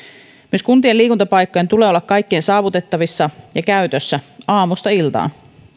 myös kuntien liikuntapaikkojen tulee olla kaikkien saavutettavissa ja käytössä aamusta iltaan